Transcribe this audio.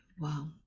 Wow